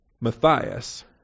Matthias